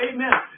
Amen